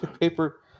paper